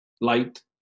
light